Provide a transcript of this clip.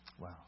Wow